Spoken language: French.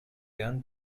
gain